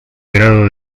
grado